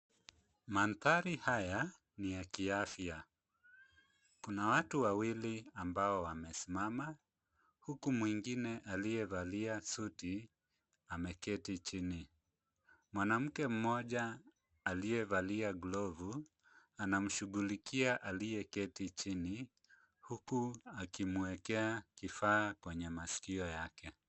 Manthari haya ni ya kiafya, kuna watu wawili ambao wamesimama huku mwingine aliyevalia suti ameketi chini, mwanamke mmoja aliyevalia glovu anamshughulikia aliyeketi chini huku akimwekea kifaa kwenye maskio yake.